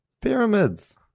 Pyramids